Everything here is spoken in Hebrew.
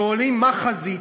שואלים, מאי חזית,